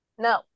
no